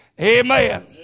Amen